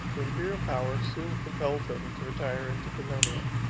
the imperial power soon compelled him to retire into pannonia,